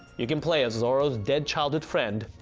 you can play as zoro's dead childhood friend,